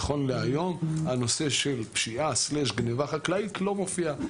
נכון להיום הנושא של פשיעה/גניבה חקלאית לא מופיע.